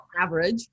average